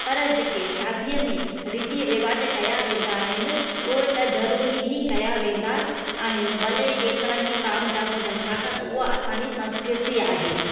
पर जेके शादीअ में रीती रिवाज कया वेंदा आहिनि उहे त ज़रूरी ई कया वेंदा आहिनि भले केतिरा ई ताम झाम हुजनि छाकाणि त उहे असांजी संस्कृति आहे